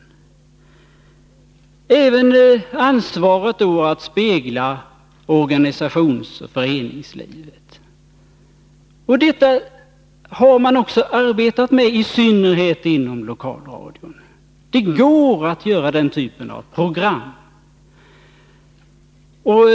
Likaså har de ansvar het för att på ett riktigt sätt spegla vad som händer inom organisationsoch föreningslivet. Detta har man också arbetat med, i synnerhet inom lokalra dion. Det går att göra den typen av program.